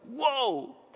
Whoa